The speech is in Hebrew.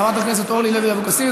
חברת הכנסת אורלי לוי אבקסיס,